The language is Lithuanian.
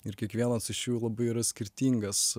ir kiekvienas iš jų labai yra skirtingas